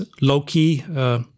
low-key